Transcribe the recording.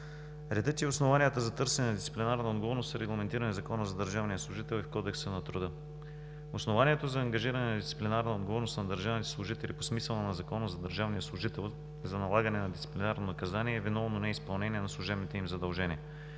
редът и основанията за търсене на дисциплинарна отговорност са регламентирани в Закона за държавния служител и в Кодекса на труда. Основанието за ангажиране на дисциплинарна отговорност на държавните служители по смисъла на Закона за държавния служител за налагане на дисциплинарно наказание е виновно неизпълнение на служебните им задължения.